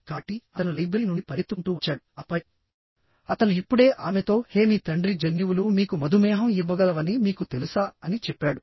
కాబట్టి అతను లైబ్రరీ నుండి పరిగెత్తుకుంటూ వచ్చాడు ఆపై అతను ఇప్పుడే ఆమెతో హే మీ తండ్రి జన్యువులు మీకు మధుమేహం ఇవ్వగలవని మీకు తెలుసా అని చెప్పాడు